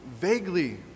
vaguely